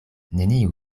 neniu